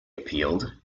appealed